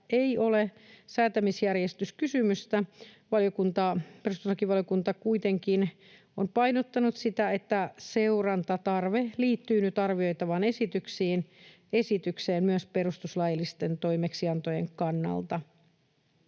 ei ole säätämisjärjestyskysymystä. Perustuslakivaliokunta kuitenkin on painottanut sitä, että seurantatarve liittyy nyt arvioitavaan esitykseen myös perustuslaillisten toimeksiantojen kannalta.